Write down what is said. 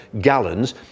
gallons